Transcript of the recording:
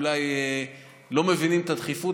אולי לא מבינים את הדחיפות.